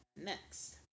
next